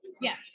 Yes